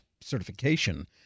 Certification